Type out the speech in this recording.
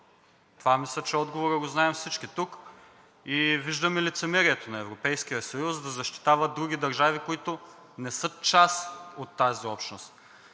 Мисля, че отговорът го знаем всички тук и виждаме лицемерието на Европейския съюз да защитава други държави, които не са част от тази общност.